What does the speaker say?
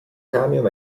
camion